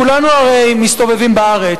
כולנו הרי מסתובבים בארץ,